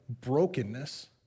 brokenness